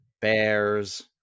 bears